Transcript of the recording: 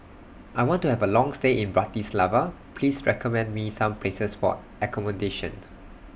I want to Have A Long stay in Bratislava Please recommend Me Some Places For accommodation